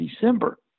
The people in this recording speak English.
December